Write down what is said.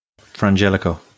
Frangelico